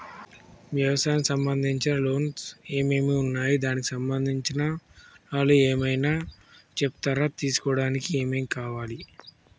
వ్యవసాయం సంబంధించిన లోన్స్ ఏమేమి ఉన్నాయి దానికి సంబంధించిన వివరాలు ఏమైనా చెప్తారా తీసుకోవడానికి ఏమేం కావాలి?